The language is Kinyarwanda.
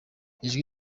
ijwi